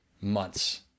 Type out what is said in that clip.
months